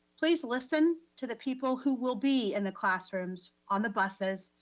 please listen to the people who will be in the classrooms, on the buses,